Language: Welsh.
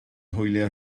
hwyliau